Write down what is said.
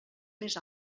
més